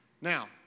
Now